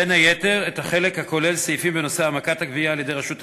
בין היתר את החלק הכולל סעיפים בנושא העמקת הגבייה על-ידי רשות המסים.